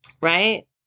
right